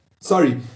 Sorry